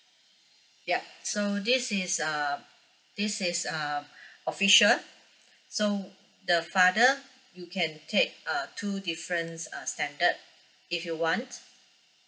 yup so this is uh this is uh official so the father you can take uh two difference uh standard if you want